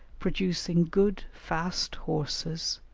producing good fast horses,